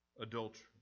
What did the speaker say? adultery